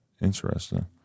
Interesting